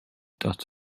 dot